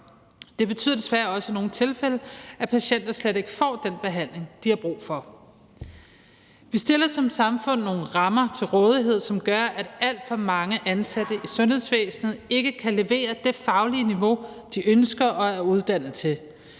Det betyder desværre også i nogle tilfælde, at patienter slet ikke får den behandling, de har brug for. Vi stiller som samfund nogle rammer til rådighed, som gør, at alt for mange ansatte i sundhedsvæsenet ikke kan levere det faglige niveau, de ønsker og er uddannet til.